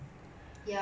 mm